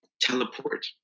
teleport